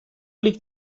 liegt